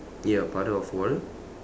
ya puddle of wal~